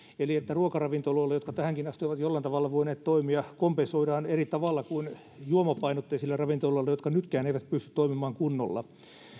eli ruokaravintoloille jotka tähänkin asti ovat jollain tavalla voineet toimia kompensoidaan eri tavalla kuin juomapainotteisille ravintoloille jotka nytkään eivät pysty toimimaan kunnolla